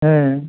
ஆ